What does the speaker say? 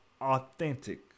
authentic